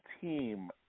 team